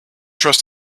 trust